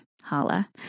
Holla